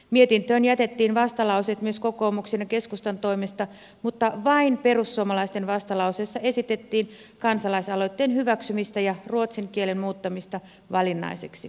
mietintöön jätettiin vastalauseet myös kokoomuksen ja keskustan toimesta mutta vain perussuomalaisten vastalauseessa esitettiin kansalaisaloitteen hyväksymistä ja ruotsin kielen muuttamista valinnaiseksi